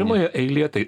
pirmoje eilėje tai